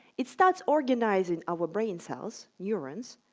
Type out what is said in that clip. it starts organizing our brain cells, neurons,